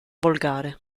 volgare